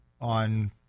on